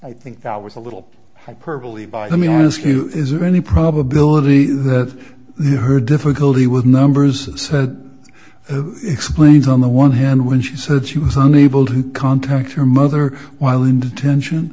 i think that was a little hyperbole by me ask you is there any probability that her difficulty with numbers said explains on the one hand when she said she was unable to contact her mother while in detention